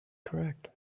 correct